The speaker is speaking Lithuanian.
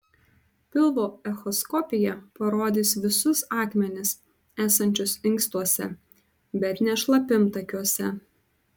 pilvo echoskopija parodys visus akmenis esančius inkstuose bet ne šlapimtakiuose